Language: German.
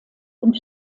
und